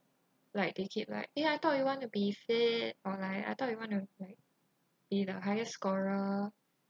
like they keep like eh I thought you want to be fit or like I thought you want to like be the highest scorer